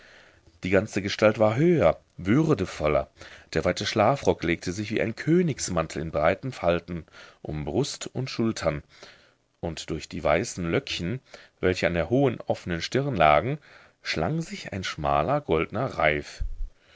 die ganze gestalt war höher würdevoller der weite schlafrock legte sich wie ein königsmantel in breiten falten um brust und schultern und durch die weißen löckchen welche an der hohen offenen stirn lagen schlang sich ein schmaler goldner reif